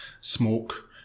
smoke